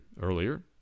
earlier